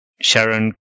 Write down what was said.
Sharon